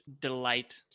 delight